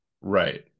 Right